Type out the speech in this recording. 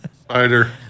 Spider